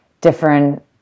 different